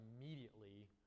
immediately